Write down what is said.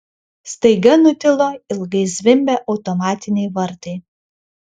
staiga nutilo ilgai zvimbę automatiniai vartai